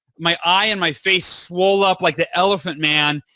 my eye and my face swell up like the elephant man.